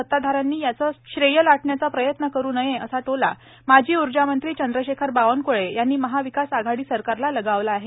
सताधाऱ्यांनी याचे श्रेय लाटण्याचा प्रयत्न करू नये असा टोला माजी ऊर्जामंत्री चंद्रशेखर बावनकृळे यांनी महाविकास आघाडी सरकारला लगावला आहे